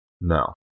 No